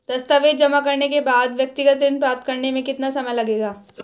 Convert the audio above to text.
दस्तावेज़ जमा करने के बाद व्यक्तिगत ऋण प्राप्त करने में कितना समय लगेगा?